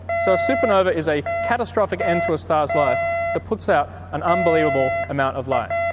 so a supernova is a catastrophic end to a star's life that puts out an unbelievable amount of light.